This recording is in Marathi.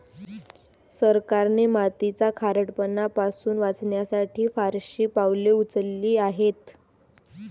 सरकारने मातीचा खारटपणा पासून वाचवण्यासाठी फारशी पावले उचलली आहेत